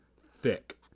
thick